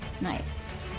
Nice